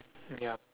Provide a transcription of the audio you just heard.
yup